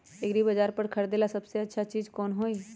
एग्रिबाजार पर से खरीदे ला सबसे अच्छा चीज कोन हई?